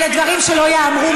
אלה דברים שלא ייאמרו,